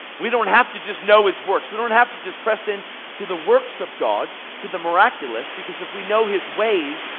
we don't have to just know his works, we don't have to just press in to the works of god, to the miraculous. because if we know his ways,